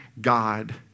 God